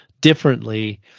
differently